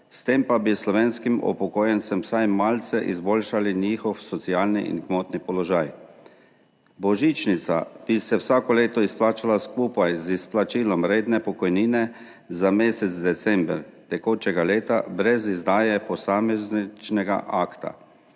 s tem pa bi slovenskim upokojencem vsaj malce izboljšali njihov socialni in gmotni položaj. Božičnica bi se vsako leto izplačala skupaj z izplačilom redne pokojnine za mesec december tekočega leta, brez izdaje posamičnega akta.